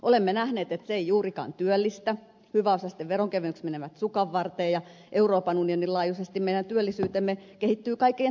olemme nähneet että se ei juurikaan työllistä hyväosaisten veronkevennykset menevät sukanvarteen ja euroopan unionin laajuisesti meidän työllisyytemme kehittyy melkein kaikkein huonoimmin